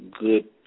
good